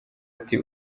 ati